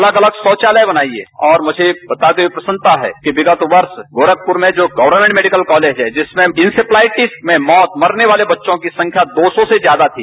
अतग अलग शौचालय बनाइये और हमें प्रसन्नता है कि विगत वर्ष गोरखपूर में गर्कमेंट मेडिकल कॉलेज है जिसमें इंसेफ्लाइटिस में मरने वाले बच्चों की संख्या दो सौ से ज्यादा थी